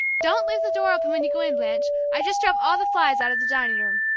don't leave the door open when you go in, blanche i just drove all the flies out of the dining-room.